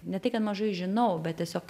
ne tai kad mažai žinau bet tiesiog